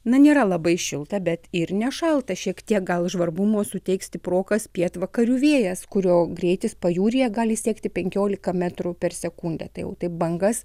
na nėra labai šilta bet ir nešalta šiek tiek gal žvarbumo suteiks stiprokas pietvakarių vėjas kurio greitis pajūryje gali siekti penkiolika metrų per sekundę tai jau taip bangas